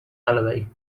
alibi